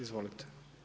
Izvolite.